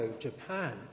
Japan